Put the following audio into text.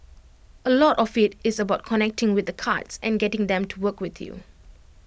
A lot of IT is about connecting with the cards and getting them to work with you